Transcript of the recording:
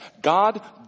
God